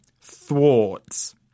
thwarts